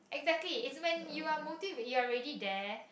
exactly is when you're motive you are ready there